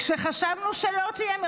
כשחשבנו שלא תהיה,